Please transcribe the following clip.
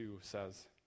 says